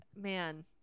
man